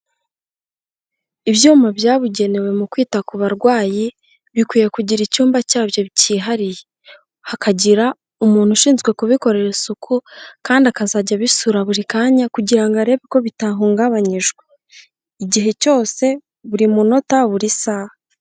Ibyuma byabugenewe mu kwita ku barwayi, bikwiye kugira icyumba cyabyo byihariye. Hakagira umuntu ushinzwe kubikorera isuku, kandi akazajya abisura buri kanya, kugira ngo arebe ko bitahungabanyijwe. Igihe cyose buri munota, buri saha.